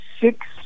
six